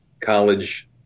college